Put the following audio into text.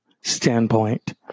standpoint